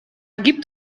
gibt